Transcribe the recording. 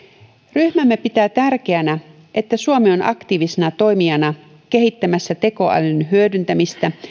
ryhmämme pitää tärkeänä että suomi on aktiivisena toimijana kehittämässä tekoälyn hyödyntämistä